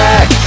Back